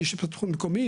כי יש התפתחות מקומית,